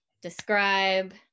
describe